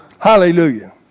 Hallelujah